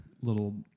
little